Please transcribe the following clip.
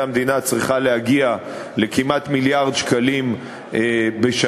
המדינה צריכה להגיע לכמעט מיליארד שקלים בשנה.